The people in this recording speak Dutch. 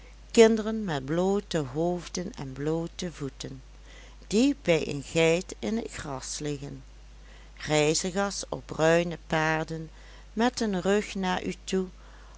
kinderen met bloote hoofden en bloote voeten die bij een geit in t gras liggen reizigers op bruine paarden met den rug naar u toe